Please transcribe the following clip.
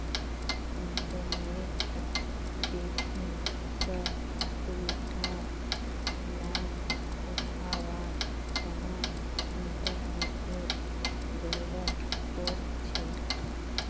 internet banking स सुविधार लाभ उठावार तना इंटरनेटेर जरुरत पोर छे